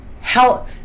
help